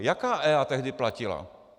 Jaká EIA tehdy platila?